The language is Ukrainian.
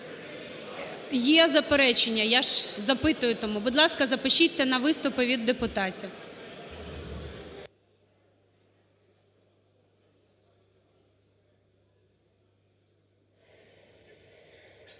Є заперечення, я ж запитую тому. Будь ласка, запишіться на виступи від депутатів.